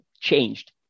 changed